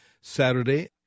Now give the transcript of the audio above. Saturday